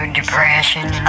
depression